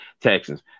Texans